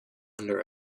under